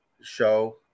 show